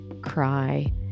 cry